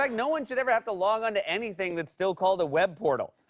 like no one should ever have to log on to anything that's still called a web portal.